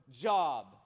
job